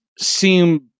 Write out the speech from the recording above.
seem